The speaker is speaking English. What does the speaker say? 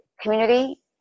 community